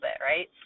right